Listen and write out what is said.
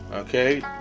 Okay